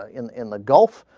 ah in in the gulf